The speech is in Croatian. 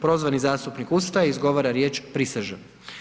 Prozvani zastupnik ustaje i izgovara riječ pristižem.